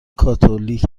کاتولیک